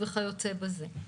וכיוצא בזה.